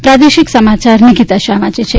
પ્રાદેશિક સમાચાર નિકીતા શાહ વાંચે છે